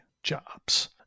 jobs